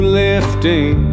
lifting